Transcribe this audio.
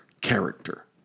character